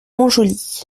montjoly